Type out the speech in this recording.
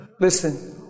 Listen